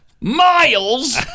miles